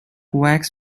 wax